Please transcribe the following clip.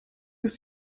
ist